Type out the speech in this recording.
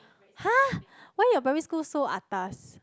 !hah! why your primary school so atas